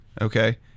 okay